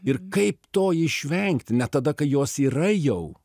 ir kaip to išvengti net tada kai jos yra jau